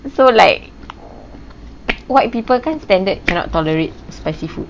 so like white people kan standard cannot tolerate spicy food